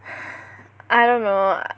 I don't know